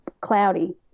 cloudy